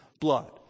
blood